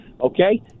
Okay